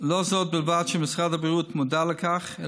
לא זאת בלבד שמשרד הבריאות מודע לכך,